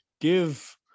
give